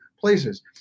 places